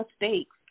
mistakes